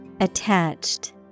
Attached